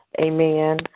amen